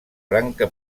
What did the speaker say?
branca